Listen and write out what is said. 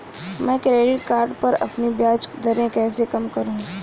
मैं credit card पर अपनी ब्याज दरें कैसे कम करूँ?